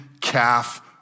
calf